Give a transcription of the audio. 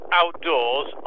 outdoors